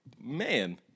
Man